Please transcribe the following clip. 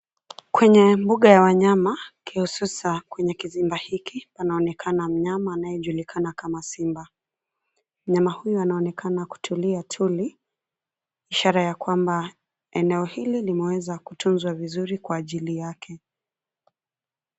Kwenye mbuga ya wanyama, kihususa kwenye kizimba hiki panaonekana mnyama anayejulikana kama simba. Mnyama huyu anaonekana kutulia tuli, ishara ya kwamba, eneo hili limeweza kutunzwa vizuri kwa ajili yake.